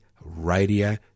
Radio